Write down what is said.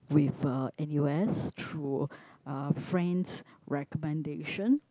with uh n_u_s through uh friend's recommendation